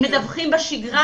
הם מדווחים בשגרה,